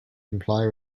comply